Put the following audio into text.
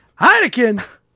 Heineken